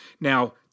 Now